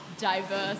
diverse